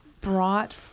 brought